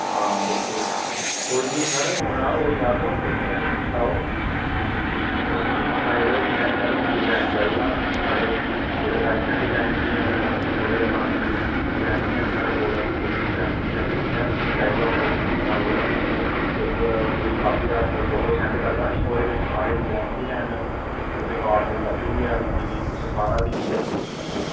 हां बिलकुल कोई नी सर जनाब होई जाग तुस टेंशन नि लैओ तुस मिकी सनाई ओड़ेओ कनेहा कनेहा तुसें डजैन चाहिदा साढ़े थोड़े बेस्टर्न डजैन बी हैन थोड़े पराने डजैन बि हैन साढ़े कोल मीडियम डजैन बी हैन जनेहा तुसें चाहिदा होग तुस मिकी सनाई ओड़ेओ में तुसें इक पूरी कापी दा इक फोटो सेंड करगा नी ओह्दे बिच्च सारे डजैन बी हैन ओह्दे च काठ दी लक्क्ड़ी बी ऐ दित्ती दी तुस सारा दिक्खियै मीं